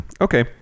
Okay